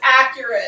accurate